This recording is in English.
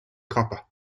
copper